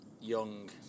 Young